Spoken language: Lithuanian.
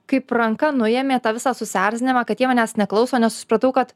kaip ranka nuėmė tą visą susierzinimą kad jie manęs neklauso nes susipratau kad